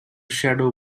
shadow